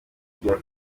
kigera